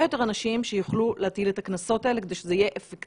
יותר אנשים שיוכלו להטיל את הקנסות האלה כדי שזה יהיה אפקטיבי.